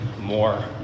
more